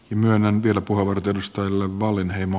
myönnän kyllä puhuvat edustoille wallinheimon